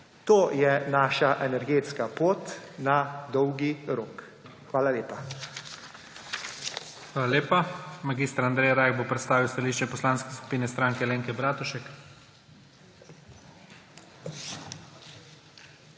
To je naša energetska pot na dolgi rok. Hvala lepa.